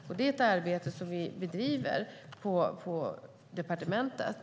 Det är ett arbete som vi driver på departementet.